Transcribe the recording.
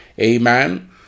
Amen